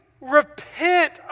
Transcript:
repent